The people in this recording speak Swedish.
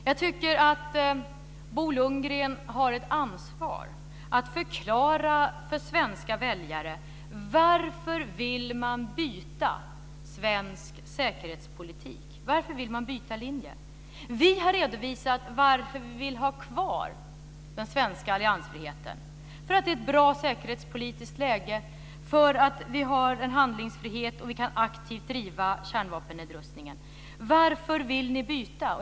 Jag tycker att Bo Lundgren har ett ansvar att förklara för svenska väljare varför man vill byta svensk säkerhetspolitik. Varför vill man byta linje? Vi har redovisat varför vi vill ha kvar den svenska alliansfriheten; för att det är ett bra säkerhetspolitiskt läge, för att vi har en handlingsfrihet och aktivt kan driva kärnvapennedrustningen. Varför vill ni byta?